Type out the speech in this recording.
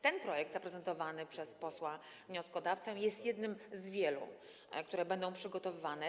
Ten projekt zaprezentowany przez posła wnioskodawcę jest jednym z wielu, które będą przygotowywane.